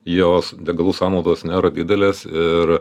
jos degalų sąnaudos nėra didelės ir